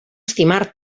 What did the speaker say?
estimar